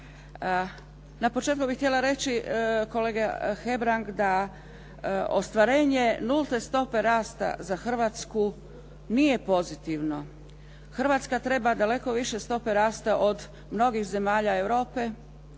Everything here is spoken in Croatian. Na početku bih htjela reći, kolega Hebrang da ostvarenje nulte stope rasta za Hrvatsku nije pozitivno. Hrvatska treba daleko više stope rasta od mnogih zemalja Europe,